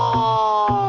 o